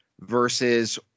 versus